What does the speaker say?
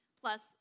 plus